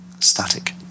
static